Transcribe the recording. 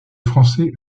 français